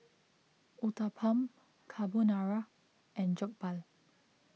Uthapam Carbonara and Jokbal